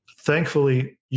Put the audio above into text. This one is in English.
Thankfully